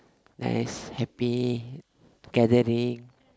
then is happy gathering